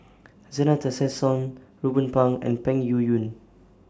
Zena Tessensohn Ruben Pang and Peng Yuyun